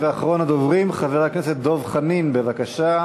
אחרון הדוברים, חבר הכנסת דב חנין, בבקשה.